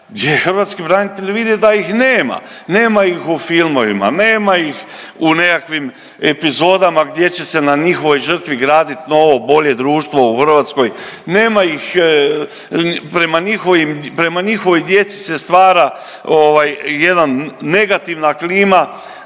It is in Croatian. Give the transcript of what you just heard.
hrvatski branitelji vide da ih nema. Nema ih u filmovima, nema ih u nekakvim epizodama gdje će se na njihovoj žrtvi gradit novo bolje društvo u Hrvatskoj, nema ih prema njihovim, prema njihovoj djeci se stvara jedan negativna klima